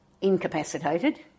incapacitated